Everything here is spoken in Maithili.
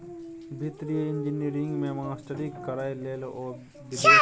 वित्तीय इंजीनियरिंग मे मास्टरी करय लए ओ विदेश गेलाह